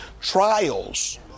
trials